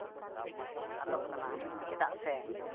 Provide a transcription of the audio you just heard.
ᱟᱫᱚᱜ ᱠᱟᱱᱟ ᱪᱮᱫᱟᱜ ᱥᱮ